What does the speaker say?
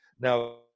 Now